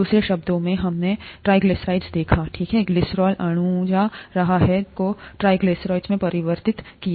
दूसरे शब्दों में हमने हमने ट्राइग्लिसराइड देखा ठीक है ग्लिसरॉल अणुजा रहा है को ट्राइग्लिसराइड्स में परिवर्तित किया